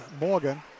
Morgan